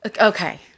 Okay